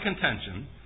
contention